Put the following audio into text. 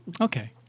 Okay